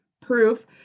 proof